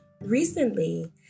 Recently